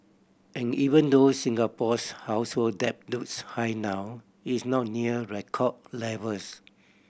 and even though Singapore's household debt looks high now it's not near record levels